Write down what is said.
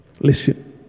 Listen